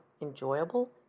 enjoyable